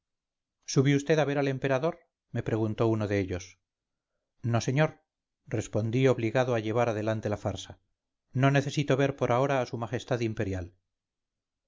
sube vd a ver al emperador me preguntó uno de ellos no señor respondí obligado a llevar adelante la farsa no necesito ver por ahora a su majestad imperial